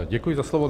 Děkuji za slovo.